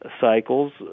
cycles